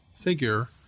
figure